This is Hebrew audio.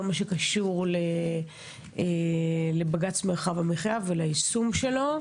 מה שקשור לבג"ץ מרחב המחיה וליישום שלו,